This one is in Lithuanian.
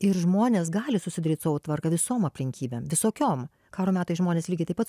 ir žmonės gali susidaryt savo tvarką visom aplinkybėm visokiom karo metais žmonės lygiai taip pat